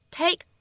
take